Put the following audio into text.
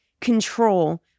control